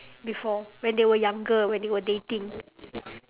before when they were younger when they were dating